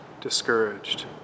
discouraged